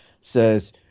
says